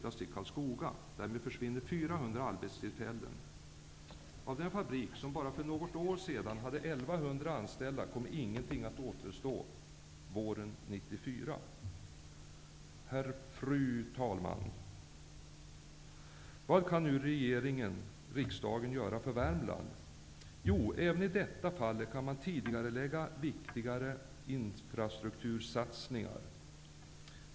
arbetstillfällen. Av den fabrik som bara för något år sedan hade 1 100 anställda kommer ingenting att återstå våren 1994. Fru talman! Vad kan nu regeringen och riksdagen göra för Värmland? Jo, även i detta fall kan man tidigarelägga viktiga infrastruktursatsningar.